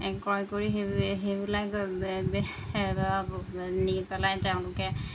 ক্ৰয় কৰি সেই সেইবিলাক নি পেলাই তেওঁলোকে